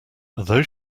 although